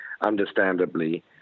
understandably